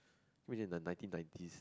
in the nineteen nineties